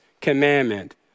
commandment